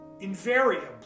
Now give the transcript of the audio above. invariably